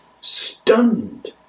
stunned